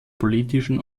politischen